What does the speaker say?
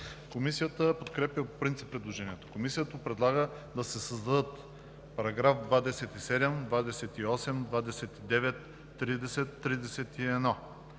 Комисията подкрепя по принцип предложението. Комисията предлага да се създадат параграфи 27, 28, 29, 30 и 31: